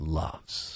loves